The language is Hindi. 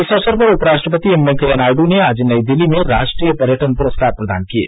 इस अवसर पर उपराष्ट्रपति एम वेंकैया नायड् ने आज नई दिल्ली में राष्ट्रीय पर्यटन पुरस्कार प्रदान किये